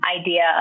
idea